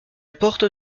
porte